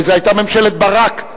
זאת היתה ממשלת ברק.